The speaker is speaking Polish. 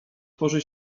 tworzy